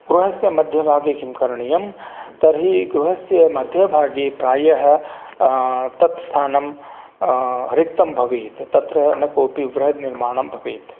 गृहस्य मध्यभागे किं करणीयं तर्हि गृहस्य मध्यभागे प्रायः तत् स्थानं रिक्तं भवेत् तत्र न कोऽपि बृहद् निर्माणं भवेत्